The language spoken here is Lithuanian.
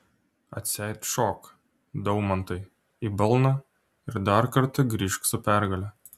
atseit šok daumantai į balną ir dar kartą grįžk su pergale